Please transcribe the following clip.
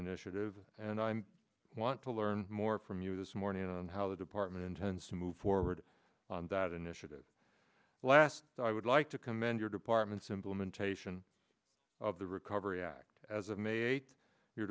initiative and i'm want to learn more from you this morning on how the department intends to move forward on that initiative last so i would like to commend your department's implementation of the recovery act as of ma